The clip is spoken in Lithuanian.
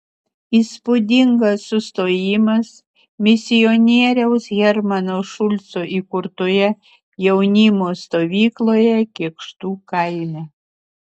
įspūdingas sustojimas misionieriaus hermano šulco įkurtoje jaunimo stovykloje kėkštų kaime